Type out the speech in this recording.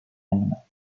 avenel